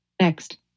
Next